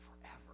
forever